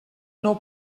nou